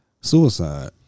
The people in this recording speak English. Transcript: Suicide